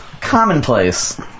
Commonplace